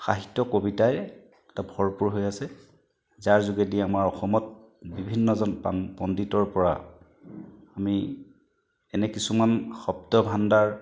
সাহিত্য কবিতাই ভৰপুৰ হৈ আছে যাৰ যোগেদি আমাৰ অসমত বিভিন্নজন পণ্ডিতৰপৰা আমি এনে কিছুমান শব্দ ভাণ্ডাৰ